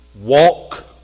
walk